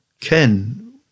Ken